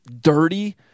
dirty